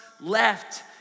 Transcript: left